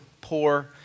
poor